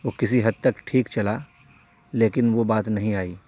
وہ کسی حد تک ٹھیک چلا لیکن وہ بات نہیں آئی